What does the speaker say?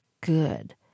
good